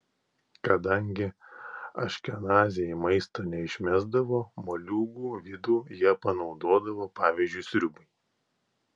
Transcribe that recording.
kadangi aškenaziai maisto neišmesdavo moliūgų vidų jie panaudodavo pavyzdžiui sriubai